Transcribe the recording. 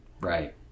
Right